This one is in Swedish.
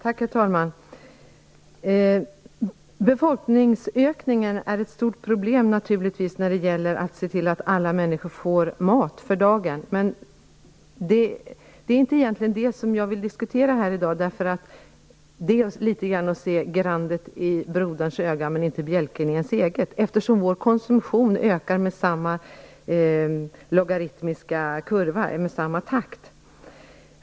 Herr talman! Befolkningsökningen är naturligtvis ett stort problem när det gäller att se till att alla människor får mat för dagen. Men det är egentligen inte det som jag ville diskutera här i dag, eftersom det kanske är att se grandet i broderns öga men inte bjälken i sitt eget. Vår konsumtion ökar ju i samma takt.